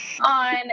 On